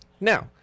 now